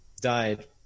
died